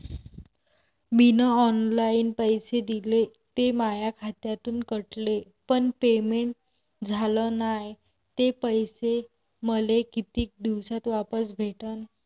मीन online पैसे दिले, ते माया खात्यातून कटले, पण पेमेंट झाल नायं, ते पैसे मले कितीक दिवसात वापस भेटन?